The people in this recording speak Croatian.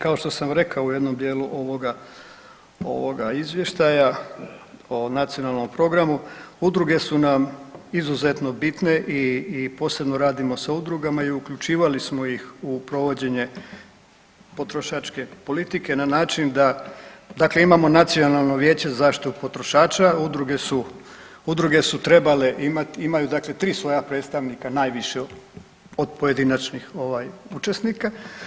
Kao što sam rekao u jednom dijelu ovoga Izvještaja o Nacionalnom programu, udruge su nam izuzetno bitne i posebno radimo sa udrugama i uključivali smo ih u provođenje potrošačke politike na način da, dakle imamo Nacionalno vijeće za zaštitu potrošača, udruge su trebale imati, imaju dakle 3 svoja predstavnika najviše od pojedinačnih ovaj, učesnika.